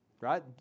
Right